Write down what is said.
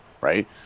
right